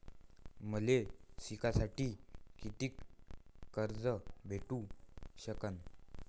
मले शिकासाठी कितीक कर्ज भेटू सकन?